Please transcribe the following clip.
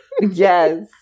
Yes